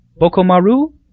Bokomaru